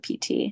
PT